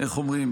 איך אומרים,